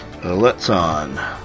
Letson